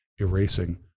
erasing